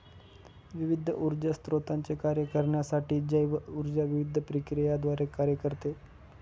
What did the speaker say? विविध ऊर्जा स्त्रोतांचे कार्य करण्यासाठी जैव ऊर्जा विविध प्रक्रियांद्वारे कार्य करते